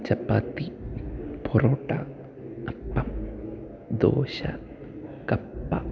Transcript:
ചപ്പാത്തി പൊറോട്ട അപ്പം ദോശ കപ്പ